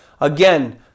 Again